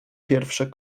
pierwsze